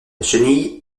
chenille